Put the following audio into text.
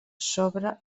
sobre